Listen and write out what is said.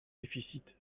déficit